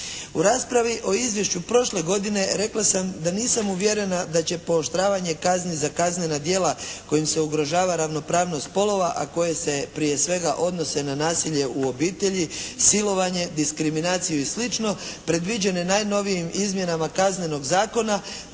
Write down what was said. U raspravi o izvješću prošle godine rekla sam da nisam uvjerena da će pooštravanje kazni za kaznena djela kojim se ugrožava ravnopravnost spolova, a koje se prije svega odnose na nasilje u obitelji, silovanje, diskriminaciju i slično predviđene najnovijim izmjenama Kaznenog zakona